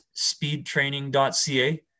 speedtraining.ca